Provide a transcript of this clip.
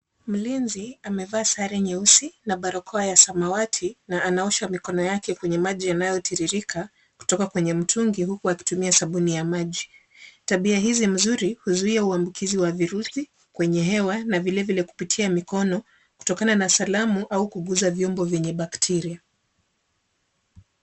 Mlinzi amevaa sare nyeusi na barakoa ya samawati na anaosha mikono yake kwenye maji yanayotiririka, kutoka kwenye mtungi huku akitumia sabuni ya maji. Tabia hizi mzuri huzuia uambukizi wa virusi kwenye hewa na vilevile kupitia mikono, kutokana na salamu au kuguza vyombo vyenye bakteria.